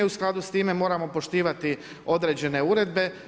U skladu s time moramo poštivati određene uredbe.